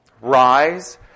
Rise